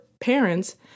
parents